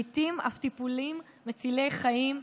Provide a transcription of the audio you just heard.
לעיתים הם אף טיפולים מצילי חיים,